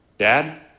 Dad